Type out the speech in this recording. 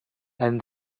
and